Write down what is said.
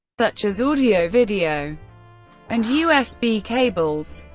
such as audio, video and usb cables.